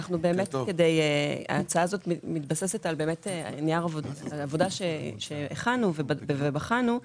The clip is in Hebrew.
ההצעה הזאת מתבססת על נייר עבודה שהכנו ובחנו.